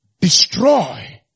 Destroy